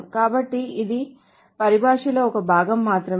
కాబట్టి ఇవి పరిభాషలో ఒక భాగం మాత్రమే